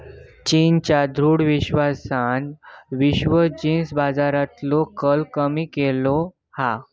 चीनच्या दृढ विश्वासान विश्व जींस बाजारातलो कल कमी केलो हा